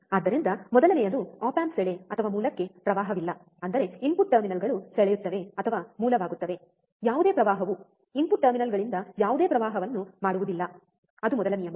ಆದ್ದರಿಂದ ಮೊದಲನೆಯದು op amp ಸೆಳೆ ಅಥವಾ ಮೂಲಕ್ಕೆ ಪ್ರವಾಹವಿಲ್ಲ ಅಂದರೆ ಇನ್ಪುಟ್ ಟರ್ಮಿನಲ್ಗಳು ಸೆಳೆಯುತ್ತವೆ ಅಥವಾ ಮೂಲವಾಗುತ್ತವೆ ಯಾವುದೇ ಪ್ರವಾಹವು ಇನ್ಪುಟ್ ಟರ್ಮಿನಲ್ಗಳಿಂದ ಯಾವುದೇ ಪ್ರವಾಹವನ್ನು ಪಡೆಯುವುದಿಲ್ಲ ಅದು ಮೊದಲ ನಿಯಮ